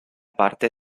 parte